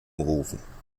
rufen